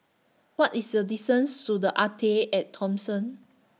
What IS The distance to The Arte At Thomson